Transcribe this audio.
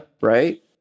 right